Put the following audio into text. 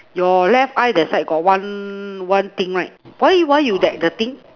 your left eye that side got one one thing right why you why you get that thing